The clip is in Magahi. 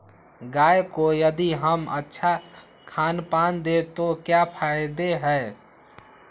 गाय को यदि हम अच्छा खानपान दें तो क्या फायदे हैं?